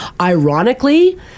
Ironically